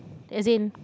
as in